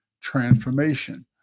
transformation